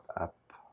up